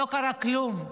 לא קרה כלום.